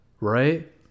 right